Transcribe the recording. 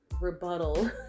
rebuttal